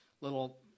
little